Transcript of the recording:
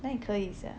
哪里可以 sia